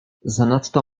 zanadto